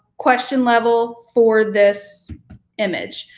question level for this image.